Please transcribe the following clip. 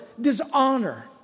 dishonor